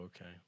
okay